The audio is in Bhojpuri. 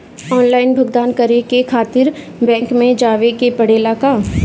आनलाइन भुगतान करे के खातिर बैंक मे जवे के पड़ेला का?